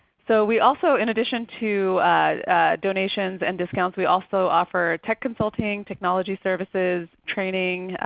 so we also in addition to donations and discounts we also offer tech consulting, technology services, training,